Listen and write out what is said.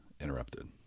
interrupted